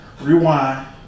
Rewind